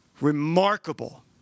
Remarkable